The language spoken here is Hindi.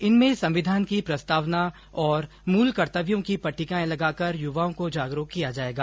इनमें संविधान की प्रस्तावना और मूल कर्तव्यों की पटिटकाएं लगाकर युवाओं को जागरूक किया जायेगा